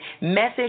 Message